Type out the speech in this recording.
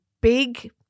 big